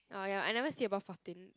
ah ya I never see above fourteen